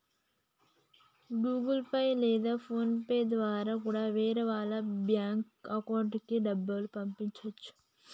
Google pay లేదా PhonePe ద్వారా కూడా వేరే వాళ్ళ బ్యేంకు అకౌంట్లకి డబ్బుల్ని పంపచ్చు